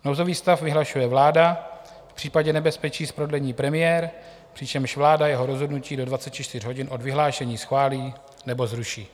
Nouzový stav vyhlašuje vláda, v případě nebezpečí z prodlení premiér, přičemž vláda jeho rozhodnutí do 24 hodin od vyhlášení schválí, nebo zruší.